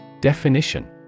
Definition